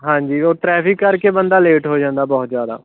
ਹਾਂਜੀ ਉਹ ਟਰੈਫਿਕ ਕਰਕੇ ਬੰਦਾ ਲੇਟ ਹੋ ਜਾਂਦਾ ਬਹੁਤ ਜ਼ਿਆਦਾ